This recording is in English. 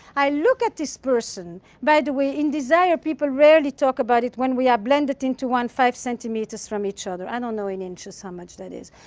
i look at this person by the way, in desire people rarely talk about it, when we are blended into one, five centimeters from each other. i don't know in inches how much that is.